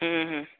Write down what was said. ହୁଁ ହୁଁ